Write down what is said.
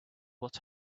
what